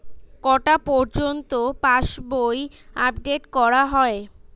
কটা পযর্ন্ত পাশবই আপ ডেট করা হয়?